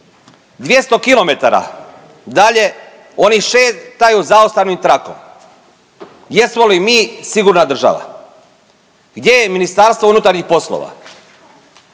200 km dalje oni šetaju zaustavnim trakom. Jesmo li mi sigurna država? Gdje je MUP? Gdje su nadležne službe?